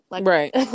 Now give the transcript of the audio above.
Right